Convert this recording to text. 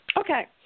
Okay